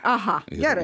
aha gerai